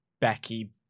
Becky